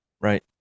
right